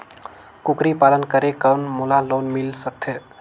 कूकरी पालन करे कौन मोला लोन मिल सकथे?